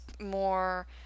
more